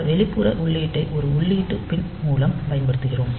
சில வெளிப்புற உள்ளீட்டை ஒரு உள்ளீட்டு பின் மூலம் பயன்படுத்துகிறோம்